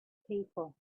people